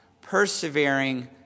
persevering